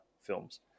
films